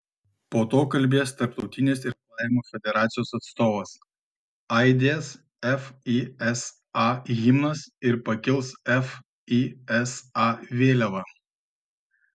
po to kalbės tarptautinės irklavimo federacijos atstovas aidės fisa himnas ir pakils fisa vėliava